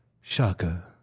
Shaka